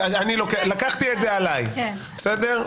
לקחתי את זה עליי, בסדר?